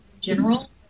general